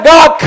God